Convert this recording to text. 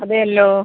അതെയല്ലോ